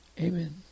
Amen